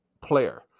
player